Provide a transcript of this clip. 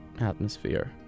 atmosphere